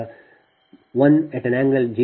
u ನಿಮ್ಮ 1∠0p